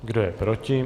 Kdo je proti?